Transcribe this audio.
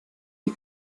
die